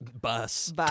bus